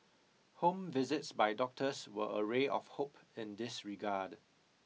home visits by doctors were a ray of hope in this regard